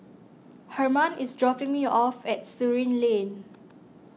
Hermann is dropping me off at Surin Lane